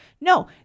No